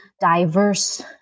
diverse